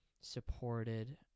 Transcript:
supported